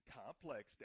complex